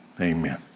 amen